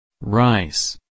Rice